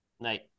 Night